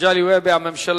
מגלי והבה.